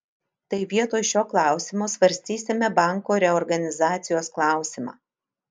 tai vietoj šio klausimo svarstysime banko reorganizacijos klausimą